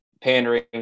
pandering